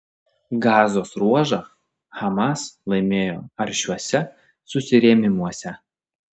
gazos ruožą hamas laimėjo aršiuose susirėmimuose